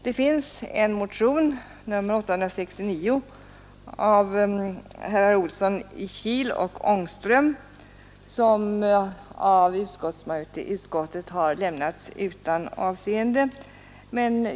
Det finns en motion, nr 869, av herrar Olsson i Kil och Ångström, som av utskottet lämnats utan avseende.